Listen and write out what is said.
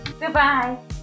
goodbye